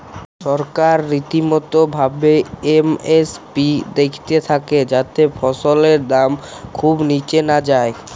সরকার রীতিমতো ভাবে এম.এস.পি দ্যাখতে থাক্যে যাতে ফসলের দাম খুব নিচে না যায়